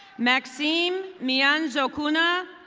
maxine mianzohuna,